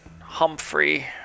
Humphrey